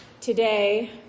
today